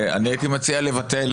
לא מתוכננת אף פעם טרפת.